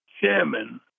Chairman